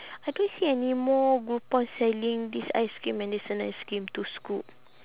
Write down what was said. I don't see any more groupon selling this ice cream andersen ice cream two scoop